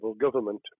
government